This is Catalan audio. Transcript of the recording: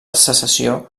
secessió